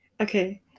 Okay